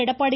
Edappadi